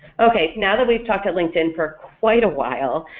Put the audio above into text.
okay now that we've talked at linkedin for quite a while,